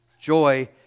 Joy